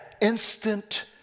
instant